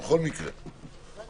הפרק של הבידוד במלוניות,